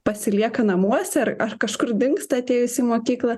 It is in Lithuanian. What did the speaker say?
pasilieka namuose ar ar kažkur dingsta atėjus į mokyklą